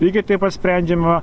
lygiai taip pat sprendžiama